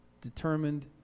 determined